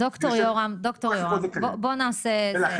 ד"ר יהורם, רגע בוא נעשה זה.